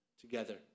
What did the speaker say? together